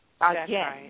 Again